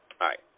right